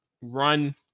run